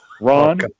Ron